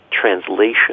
translation